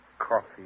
coffee